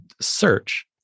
search